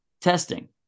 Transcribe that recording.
testing